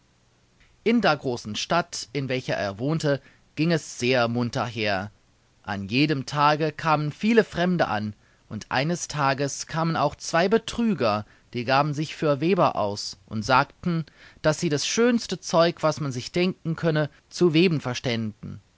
in der großen stadt in welcher er wohnte ging es sehr munter her an jedem tage kamen viele fremde an und eines tages kamen auch zwei betrüger die gaben sich für weber aus und sagten daß sie das schönste zeug was man sich denken könne zu weben verständen